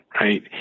right